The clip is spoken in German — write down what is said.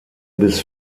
bis